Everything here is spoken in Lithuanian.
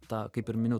tą kaip ir miniu